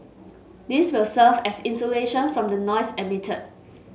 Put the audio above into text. this will serve as insulation from the noise emitted